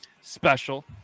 special